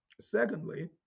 secondly